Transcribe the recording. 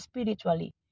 spiritually